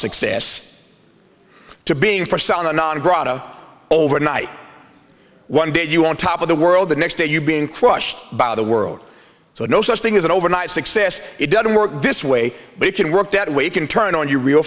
success to being present in a non grata over night one day you on top of the world the next day you're being crushed by the world so no such thing as an overnight success it doesn't work this way but it can work that way you can turn on your real